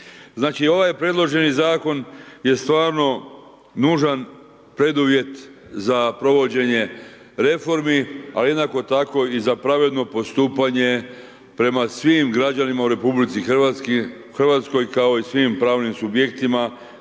ovaj predloženi zakon je stvarno nužan preduvjet za provođenje reformi, ali jednako tako i za pravedno postupanje prema svim građanima u Republici Hrvatskoj kao i svim pravnim subjektima